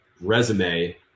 resume